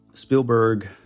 Spielberg